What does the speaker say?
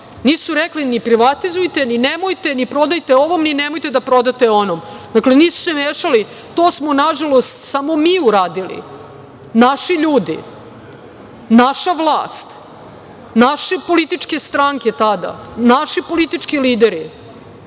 nisu rekli ni privatizujte, ni nemojte, ni prodajte ovom, ni nemojte da prodate onom. Dakle, nisu se mešali, to smo nažalost samo mi radili. Naši ljudi, naša vlast, naše političke stranke tada, naši politički lideri